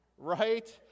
right